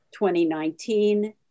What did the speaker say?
2019